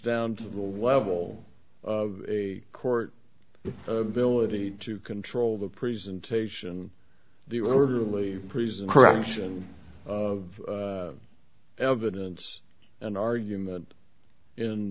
down to the level of a court billet to control the presentation the orderly present correction of evidence and argument in